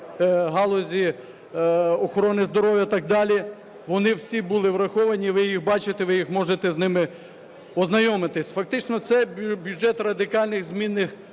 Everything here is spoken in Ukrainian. галузі охорони здоров'я і так далі, вони всі були враховані. Ви їх бачите, ви можете з ними ознайомитись. Фактично це бюджет радикальних змінних